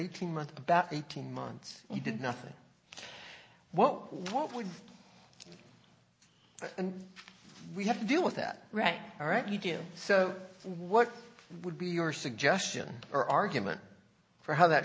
eighteen month about eighteen months you did nothing what what would we have to do with that right all right you do so what would be your suggestion or argument for how that